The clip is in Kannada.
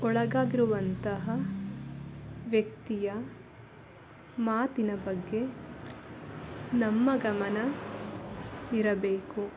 ಒಳಗಾಗಿರುವಂತಹ ವ್ಯಕ್ತಿಯ ಮಾತಿನ ಬಗ್ಗೆ ನಮ್ಮ ಗಮನ ಇರಬೇಕು